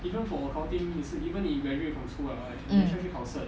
mm